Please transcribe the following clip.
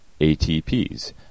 ATPs